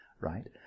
right